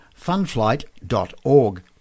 funflight.org